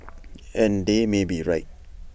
and they may be right